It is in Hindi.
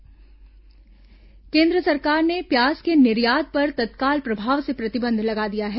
केन्द्र प्याज निर्यात केन्द्र सरकार ने प्याज के निर्यात पर तत्काल प्रभाव से प्रतिबंध लगा दिया है